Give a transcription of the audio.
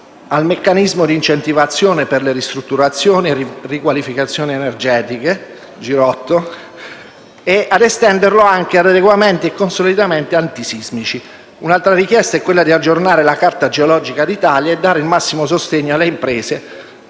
al meccanismo di incentivazione per le ristrutturazioni e riqualificazioni energetiche ed estenderlo anche ad adeguamenti e consolidamenti antisismici. Un'altra richiesta è quella di aggiornare la carta geologica d'Italia e dare il massimo sostegno alle imprese